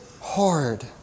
hard